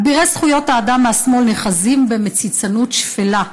אבירי זכויות האדם מהשמאל נאחזים במציצנות שפלה,